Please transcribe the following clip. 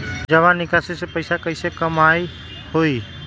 जमा निकासी से पैसा कईसे कमाई होई?